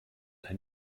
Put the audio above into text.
ein